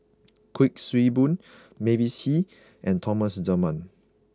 Kuik Swee Boon Mavis Hee and Thomas Dunman